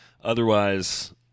Otherwise